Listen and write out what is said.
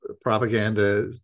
propaganda